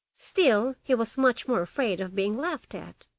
still, he was much more afraid of being laughed at,